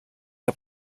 que